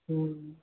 हँ